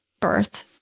birth